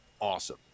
awesome